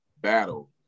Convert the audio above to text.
battle